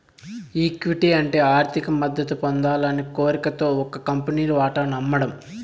equity అంటే ఆర్థిక మద్దతు పొందాలనే కోరికతో ఒక కంపెనీలు వాటాను అమ్మడం